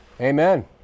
Amen